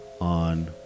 on